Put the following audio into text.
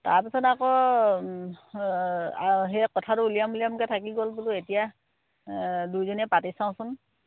তাৰ পিছত আকৌ সেই কথাটো উলিয়াম উলিয়াম বুলি থাকি গ'ল এতিয়া দুইজনীয়ে পাতি চাওঁচোন